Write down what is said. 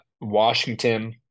Washington